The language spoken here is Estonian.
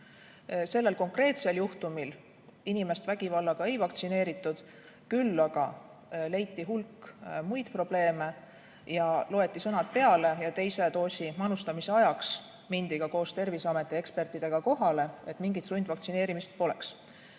Selle konkreetse juhtumi puhul inimest vägivaldselt ei vaktsineeritud, küll aga leiti hulk muid probleeme ja loeti sõnad peale. Teise doosi manustamise ajaks mindi koos Terviseameti ekspertidega kohale, et mingit sundvaktsineerimist poleks. Nüüd